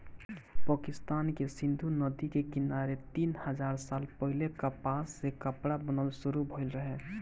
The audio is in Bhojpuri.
पाकिस्तान के सिंधु नदी के किनारे तीन हजार साल पहिले कपास से कपड़ा बनल शुरू भइल रहे